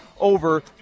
over